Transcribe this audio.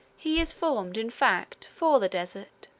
he is formed, in fact, for the desert.